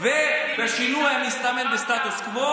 ובשינוי המסתמן בסטטוס קוו,